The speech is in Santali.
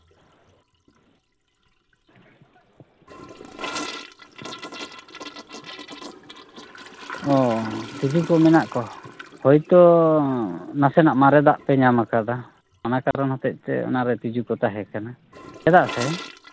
ᱚ ᱛᱤᱡᱩ ᱠᱚ ᱢᱮᱱᱟᱜ ᱠᱚᱣᱟ ᱦᱳᱭᱛᱚ ᱱᱟᱥᱮᱱᱟᱜ ᱢᱟᱨᱮ ᱫᱟᱜ ᱯᱮ ᱧᱟᱢᱟᱠᱟᱫᱟ ᱚᱱᱟ ᱠᱟᱨᱚᱱ ᱦᱚᱛᱮᱡᱛᱮ ᱚᱱᱟᱨᱮ ᱛᱤᱡᱩ ᱠᱚ ᱛᱟᱦᱮᱠᱟᱱᱟ ᱪᱮᱫᱟᱜ ᱥᱮ